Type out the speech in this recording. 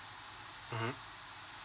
mmhmm